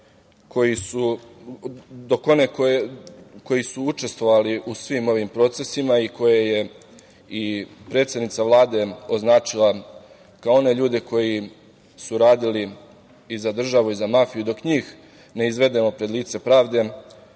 koji su učestvovali u svim ovim procesima i koje je i predsednica Vlade označila kao one ljude koji su radili i za državu i za mafiju, dok njih ne izvedemo pred lice pravde,